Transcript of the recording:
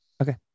okay